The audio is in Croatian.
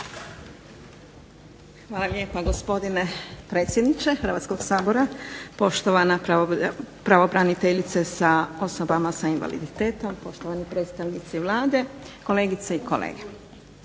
Hvala lijepa gospodine predsjedniče Hrvatskog sabora, poštovana pravobraniteljice za osobe s invaliditetom, poštovani predstavnici Vlade, kolegice i kolege.